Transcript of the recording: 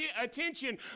attention